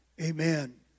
Amen